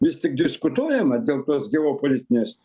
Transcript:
vis tik diskutuojama dėl tos geopolitinės